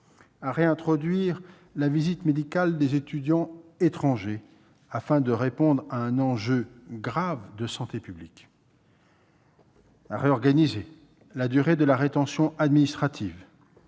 à réintroduire la visite médicale des étudiants étrangers, afin de répondre à un grave enjeu de santé publique, à réorganiser la durée de la rétention administrative,